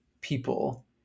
people